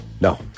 No